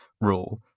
rule